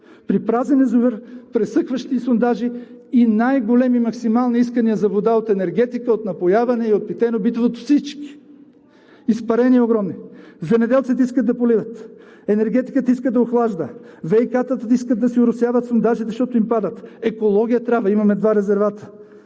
при празен язовир, пресъхващи сондажи и най-големи, максимални искания за вода от енергетика, от напояване и от питейно-битовото – всички, огромни изпарения. Земеделците искат да поливат, енергетиката иска да охлажда, ВиК-тата искат да си оросяват сондажите, защото им падат, екология трябва – имаме два резервата.